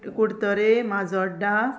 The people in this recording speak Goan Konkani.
कुडतोरे माजोडा